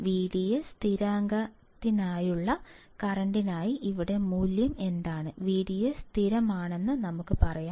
VDS സ്ഥിരാങ്കത്തിനായുള്ള കറന്റിനായി ഇവിടെ മൂല്യം എന്താണ് VDS സ്ഥിരമാണെന്ന് നമുക്ക് പറയാം